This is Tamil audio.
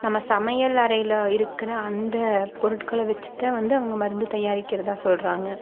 நம்ம சமையல் அறையில் இருக்கிற அந்த பொருட்களை வச்சித்தான் வந்து அவங்க மருந்து தயாரிக்கிறதாக சொல்கிறாங்க